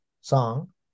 song